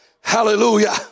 Hallelujah